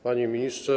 Panie Ministrze!